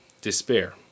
despair